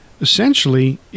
essentially